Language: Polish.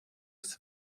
chcę